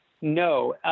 No